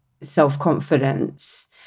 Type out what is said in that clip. self-confidence